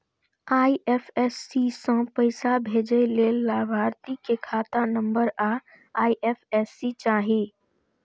IFSC सं पैसा भेजै लेल लाभार्थी के खाता नंबर आ आई.एफ.एस.सी चाही